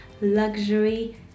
Luxury